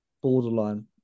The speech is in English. borderline